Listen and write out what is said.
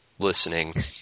listening